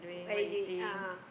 where do you a'ah